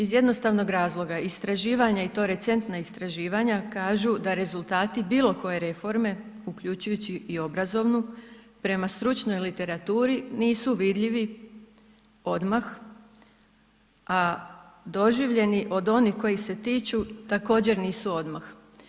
Iz jednostavnog razloga, istraživanja i to recentna istraživanja kažu da rezultati bilo koje reforme, uključujući i obrazovnu, prema stručnoj literaturi nisu vidljivi odmah, a doživljeni od onih koji se tiču, također, nisu odmah.